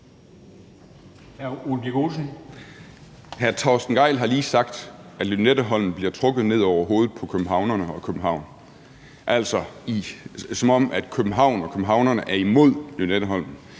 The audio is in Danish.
Hr. Torsten Gejl har lige sagt, at Lynetteholmen bliver trukket ned over hovedet på københavnerne og København, altså som om København og københavnerne er imod Lynetteholmen.